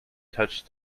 touch